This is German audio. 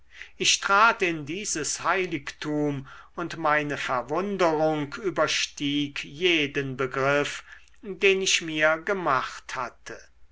ich trat in dieses heiligtum und meine verwunderung überstieg jeden begriff den ich mir gemacht hatte